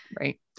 right